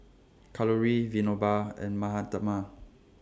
Kalluri Vinoba and Mahatma